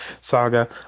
saga